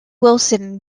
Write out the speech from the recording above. wilson